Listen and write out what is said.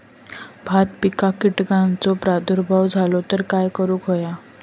भात पिकांक कीटकांचो प्रादुर्भाव झालो तर काय करूक होया?